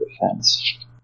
defense